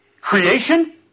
Creation